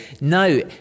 No